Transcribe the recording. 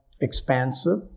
expansive